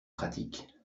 pratique